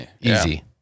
easy